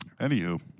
Anywho